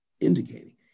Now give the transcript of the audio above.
indicating